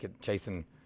chasing